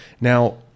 Now